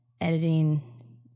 editing